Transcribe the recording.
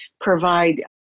provide